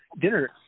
dinner